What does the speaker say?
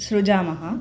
सृजामः